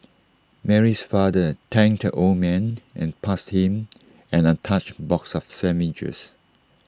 Mary's father thanked the old man and passed him an untouched box of sandwiches